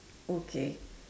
okay